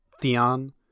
Theon